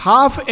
Half